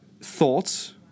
thoughts